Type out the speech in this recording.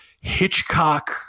hitchcock